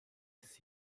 ist